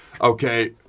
Okay